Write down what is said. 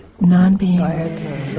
non-being